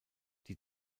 die